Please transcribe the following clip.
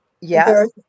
Yes